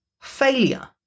failure